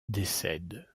décède